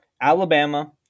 Alabama